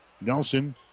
Nelson